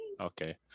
okay